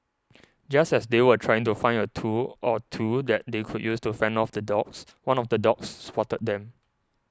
just as they were trying to find a tool or two that they could use to fend off the dogs one of the dogs spotted them